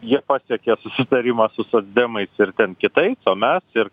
jie pasiekė susitarimą su socdemais ir ten kitais o mes ir